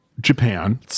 Japan